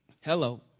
Hello